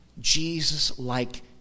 Jesus-like